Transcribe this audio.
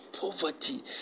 poverty